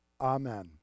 Amen